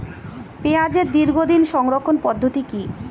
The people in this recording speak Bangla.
পেঁয়াজের দীর্ঘদিন সংরক্ষণ পদ্ধতি কি?